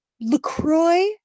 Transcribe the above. LaCroix